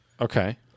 okay